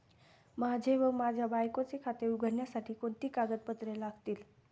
माझे व माझ्या बायकोचे खाते उघडण्यासाठी कोणती कागदपत्रे लागतील?